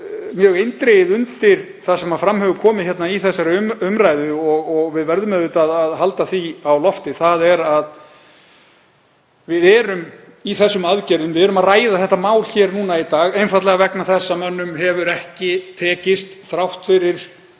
mjög eindregið undir það sem fram hefur komið í þessari umræðu og við verðum auðvitað að halda á lofti og það er að við erum í þessum aðgerðum, við erum að ræða þetta mál hér í dag, einfaldlega vegna þess að mönnum hefur ekki tekist, þrátt fyrir